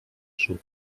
sud